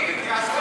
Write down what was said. מסכים.